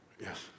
Yes